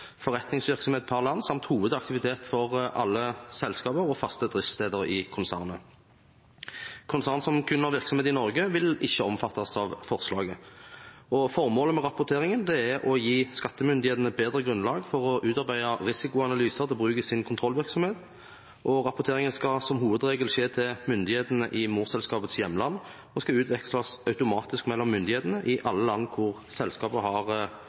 forretningsvirksomhet per land samt hovedaktivitet for alle selskaper og faste driftssteder i konsernet. Konsern som kun har virksomhet i Norge, vil ikke omfattes av forslaget. Formålet med rapporteringen er å gi skattemyndighetene bedre grunnlag for å utarbeide risikoanalyser til bruk i sin kontrollvirksomhet. Rapporteringen skal som hovedregel skje til myndighetene i morselskapets hjemland, og skal utveksles automatisk mellom myndighetene i alle land hvor konsernet har